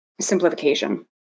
simplification